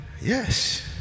Yes